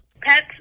Pets